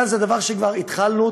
גם זה דבר שכבר התחלנו,